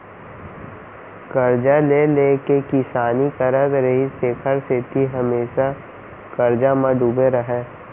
करजा ले ले के किसानी करत रिहिस तेखर सेती हमेसा करजा म डूबे रहय